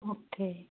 okay